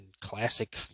classic